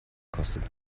kostet